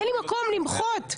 אין לי מקום למחות.